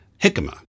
jicama